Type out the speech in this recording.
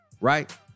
Right